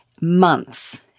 months